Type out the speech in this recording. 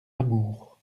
amour